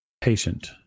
patient